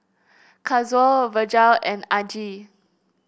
Kazuo Virgel and Aggie